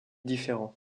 différents